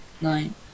nine